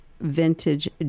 vintage